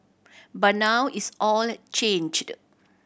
but now it's all changed